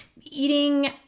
eating